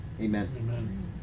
amen